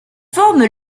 forme